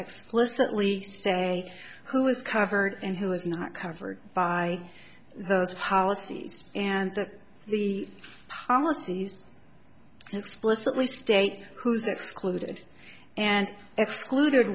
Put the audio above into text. explicitly say who is covered and who is not covered by those holocene and that the policies explicitly state who's excluded and excluded